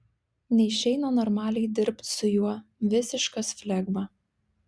neišeina normaliai dirbt su juo visiškas flegma